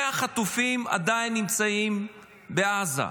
100 חטופים עדיין נמצאים בעזה.